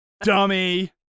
Dummy